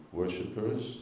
worshippers